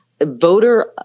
voter